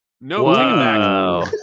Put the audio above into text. No